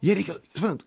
jai reikia suprant